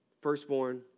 firstborn